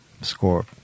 score